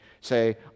say